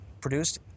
produced